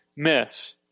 miss